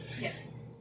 Yes